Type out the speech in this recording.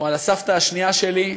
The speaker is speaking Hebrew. או על הסבתא השנייה שלי,